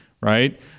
right